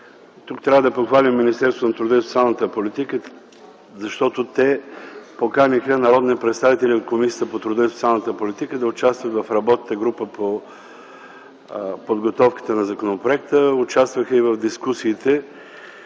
Тук трябва да похвалим Министерството на труда и социалната политика, защото те поканиха народни представители от Комисията по труда и социалната политика да участват в работната група по подготовката на законопроекта,